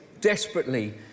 desperately